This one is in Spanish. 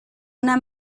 una